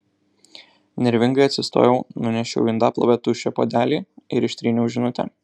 nervingai atsistojau nunešiau į indaplovę tuščią puodelį ir ištryniau žinutę